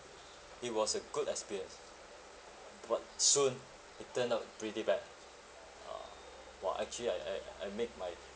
it was a good experience but soon it turned out pretty bad ah !wah! actually I I I made my